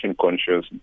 conscious